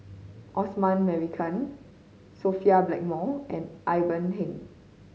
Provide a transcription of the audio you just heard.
Osman Merican Sophia Blackmore and Ivan Heng